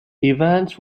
evans